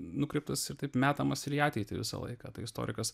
nukreiptas ir taip metamas ir į ateitį visą laiką tai istorikas